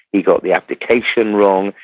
he got the abdication wrong.